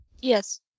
Yes